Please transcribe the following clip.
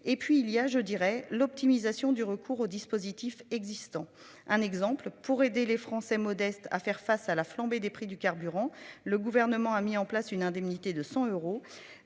et puis il y a je dirais l'optimisation du recours au dispositif existant, un exemple pour aider les Français modestes à faire face à la flambée des prix du carburant, le gouvernement a mis en place une indemnité de 100 euros